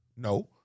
No